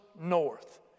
north